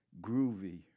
groovy